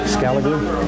Scaliger